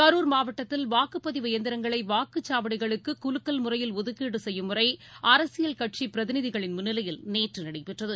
கரூர் மாவட்டத்தில் வாக்குப்பதிவு எந்திரங்களைவாக்குச்சாவடிகளுக்குகுலுக்கல் முறையில் ஒதுக்கீடுசெய்யும் முறை அரசியல் கட்சிபிரதிநிதிகளின் முன்னிலையில் நேற்றுநடைபெற்றது